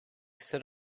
sit